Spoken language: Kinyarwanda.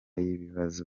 y’ibibazo